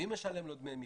מי משלם לו דמי מחיה?